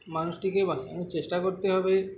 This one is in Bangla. মানুষটিকে বাচানোর চেষ্টা করতে হবে